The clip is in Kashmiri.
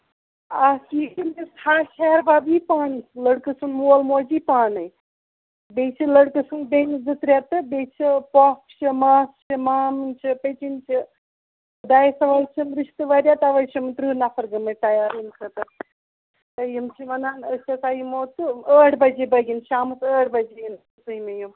اَچھا یِم ہَش ہیہَربب یی پانَے لڑکہٕ سُند مول موج یہِ پانَے بیٚیہِ چھِ لڑکہٕ سٕندۍ بیٚنہِ زٕ ترٛےٚ تہٕ بیٚیہِ چھِ پۄپھ چھِ ماس چھِ مامٕنۍ چھِ پیچِنۍ چھِ دۄیو سایڈَو چھِ رِشتہٕ واریاہ تَوے چھِ یِم تٕرٕہ نَفر گٔمٕتۍ تَیار یِنہٕ خٲطرٕ یِم چھِ وَنان أسۍ ہسا یِمو تہٕ ٲٹھ بَجے بٲگٮ۪ن شامَس ٲٹھ بَجے یِم یِن